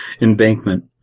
Embankment